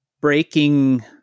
breaking